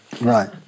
Right